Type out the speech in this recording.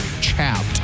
chapped